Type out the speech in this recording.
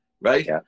right